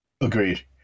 agreed